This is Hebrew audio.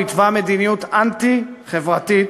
הוא התווה מדיניות אנטי-חברתית.